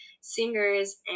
singers